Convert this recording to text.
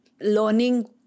learning